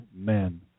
Amen